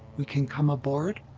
we can come aboard?